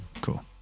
Cool